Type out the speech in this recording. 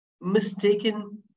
mistaken